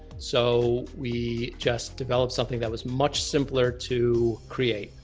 so we just developed something that was much simpler to create,